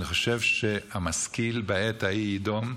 אני חושב שהמשכיל בעת ההיא יידום.